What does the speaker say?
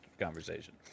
conversation